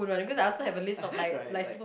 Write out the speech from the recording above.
ya right like